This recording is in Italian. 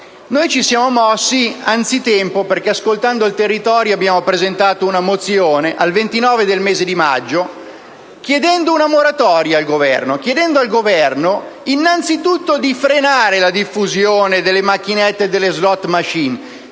Noi ci siamo mossi anzitempo, perché, ascoltando i territori, abbiamo presentato una mozione, il 29 maggio, chiedendo una moratoria al Governo, chiedendo innanzitutto di frenare la diffusione delle macchinette e delle *slot machine*,